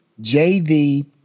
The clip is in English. JV